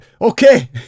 Okay